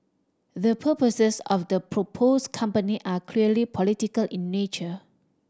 the purposes of the proposed company are clearly political in nature